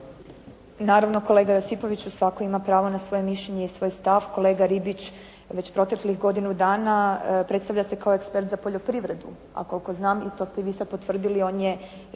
Naravno kolega Josipoviću svako ima pravo na svoje mišljenje i svoj stav. Kolega Ribić već proteklih godinu dana predstavlja se kao ekspert za poljoprivredu, a koliko znam i to ste vi sada potvrdili on je